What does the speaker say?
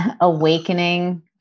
awakening